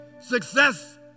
success